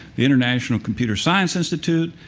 the international computer science institute,